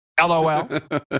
lol